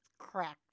Cracked